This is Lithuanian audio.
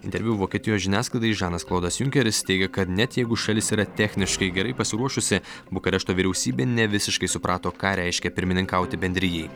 interviu vokietijos žiniasklaidai žanas klodas junkeris teigė kad net jeigu šalis yra techniškai gerai pasiruošusi bukarešto vyriausybė ne visiškai suprato ką reiškia pirmininkauti bendrijai